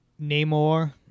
Namor